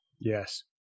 Yes